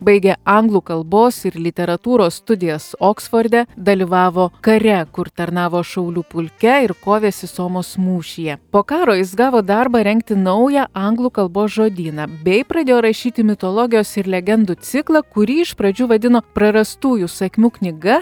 baigė anglų kalbos ir literatūros studijas oksforde dalyvavo kare kur tarnavo šaulių pulke ir kovėsi somos mūšyje po karo jis gavo darbą rengti naują anglų kalbos žodyną bei pradėjo rašyti mitologijos ir legendų ciklą kurį iš pradžių vadino prarastųjų sakmių knyga